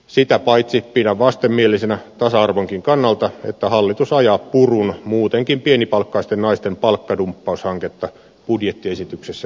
sitä paitsi pidän vastenmielisenä tasa arvonkin kannalta että hallitus ajaa purun muutenkin pienipalkkaisten naisten palkkadumppaushanketta budjettiesityksessä eteenpäin